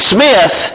Smith